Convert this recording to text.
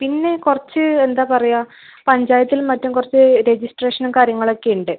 പിന്നെ കുറച്ച് എന്താ പറയുക പഞ്ചായത്തിലും മറ്റും കുറച്ച് രെജിസ്ട്രേഷനും കാര്യങ്ങളൊക്കെയുണ്ട്